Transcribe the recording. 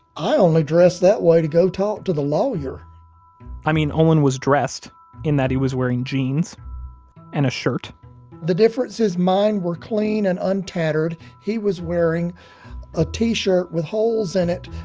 i only dress that way to go talk to the lawyer i mean, olin was dressed in that he was wearing jeans and a shirt the difference is mine were clean and untattered. he was wearing a t-shirt with holes in it,